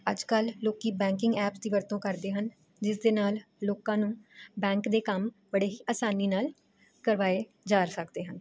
ਅੱਜ ਕੱਲ੍ਹ ਲੋਕੀ ਬੈਂਕਿੰਗ ਐਪਸ ਦੀ ਵਰਤੋਂ ਕਰਦੇ ਹਨ ਜਿਸ ਦੇ ਨਾਲ ਲੋਕਾਂ ਨੂੰ ਬੈਂਕ ਦੇ ਕੰਮ ਬੜੇ ਹੀ ਆਸਾਨੀ ਨਾਲ ਕਰਵਾਏ ਜਾ ਸਕਦੇ ਆ